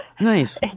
nice